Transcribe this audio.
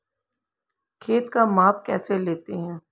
खेत का माप कैसे लेते हैं?